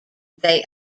they